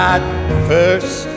first